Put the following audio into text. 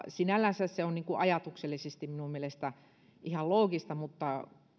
sinällänsä se on ajatuksellisesti minun mielestäni ihan loogista mutta